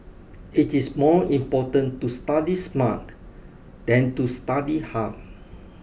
it is more important to study smart than to study hard